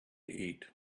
eat